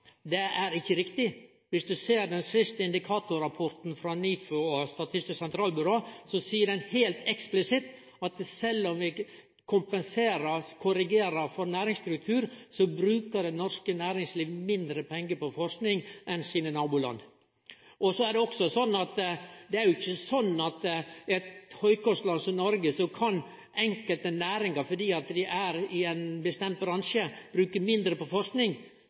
Det er ikkje riktig. Den siste Indikatorrapporten frå NIFU og Statistisk sentralbyrå seier heilt eksplisitt at sjølv om vi korrigerer for næringsstruktur, bruker det norske næringslivet mindre pengar på forsking enn nabolanda. Det er heller ikkje sånn at i eit høgkostland som Noreg kan enkelte næringar, fordi dei er i ein bestemt bransje, bruke mindre på